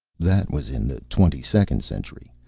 that was in the twenty second century.